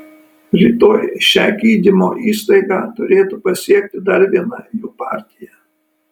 rytoj šią gydymo įstaigą turėtų pasiekti dar viena jų partija